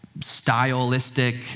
stylistic